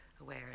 aware